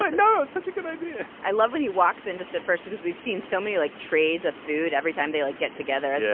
but no such a good idea i love when he walks in just at first because we've seen so many like trays of food every time they like get together. yeah